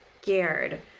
scared